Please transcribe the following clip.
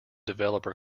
developer